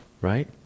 right